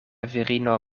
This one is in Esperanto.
virino